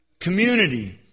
Community